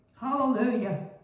Hallelujah